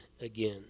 again